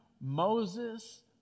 Moses